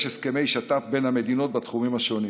הסכמי שיתוף פעולה בין המדינות בתחומים השונים,